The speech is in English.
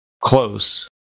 close